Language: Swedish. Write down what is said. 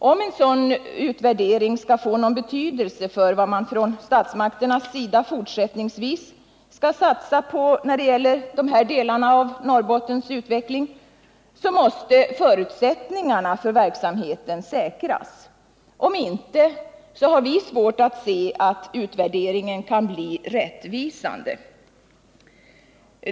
Om en sådan utvärdering skall få någon betydelse för vad man från statsmakternas sida fortsättningsvis skall satsa på när det gäller de här delarna av Norrbottens utveckling, så måste förutsättningarna för verksamheten säkras. Om inte, så har vi svårt att se att utvärderingen kan bli rättvisande.